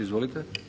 Izvolite.